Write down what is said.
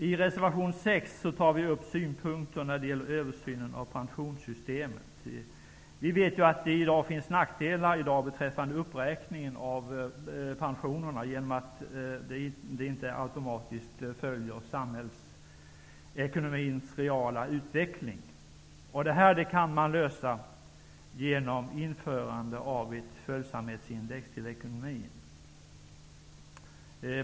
I reservation 6 för vi fram synpunkter när det gäller översynen av pensionssystemet. Vi vet att det finns nackdelar i dag beträffande uppräkningen av pensionerna genom att den inte automatiskt följer samhällsekonomins reala utveckling. Man kan lösa detta genom införande av ett följsamhetsindex i förhållande till ekonomin.